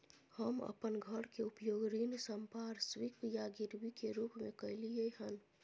हम अपन घर के उपयोग ऋण संपार्श्विक या गिरवी के रूप में कलियै हन